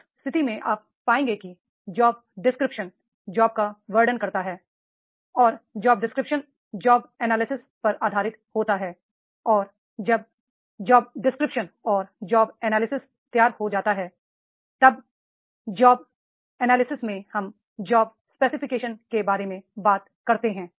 उस स्थिति में आप पाएंगे कि जॉब डिस्क्रिप्शन जॉब का वर्णन करता है और जॉब डिस्क्रिप्शन जॉब एनालिसिस पर आधारित होता है और जब जॉब डिस्क्रिप्शन और जॉब एनालिसिस तैयार हो जाता है तब जॉब एनालिसिस में हम जॉब स्पेसिफिकेशन के बारे में भी बात करते हैं